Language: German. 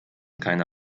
keine